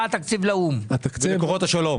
מה התקציב לאולם ולכוחות השלום.